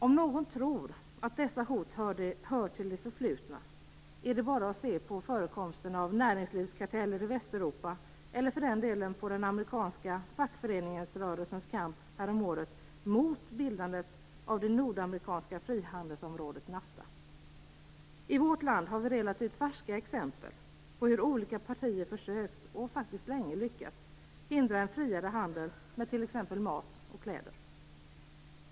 Om någon tror att dessa hot hör till det förflutna är det bara att se på förekomsten av näringslivskarteller i Västeuropa eller för den delen på den amerikanska fackföreningsrörelsens kamp häromåret mot bildandet av det nordamerikanska frihandelsområdet NAFTA. I vårt land har vi relativt färska exempel på hur olika partier försökt - och faktiskt länge lyckats - hindra en friare handel med t.ex. mat och kläder.